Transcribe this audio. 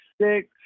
six